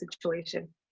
situation